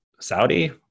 Saudi